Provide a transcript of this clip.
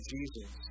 Jesus